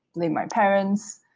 blame my parents.